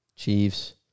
Chiefs